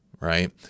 right